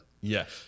Yes